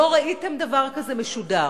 לא ראיתם דבר כזה משודר.